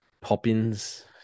Poppins